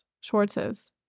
Schwartz's